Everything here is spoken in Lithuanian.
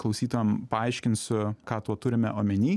klausytojam paaiškinsiu ką tuo turime omeny